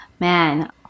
Man